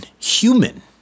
human